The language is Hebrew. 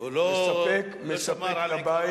מספק לבית,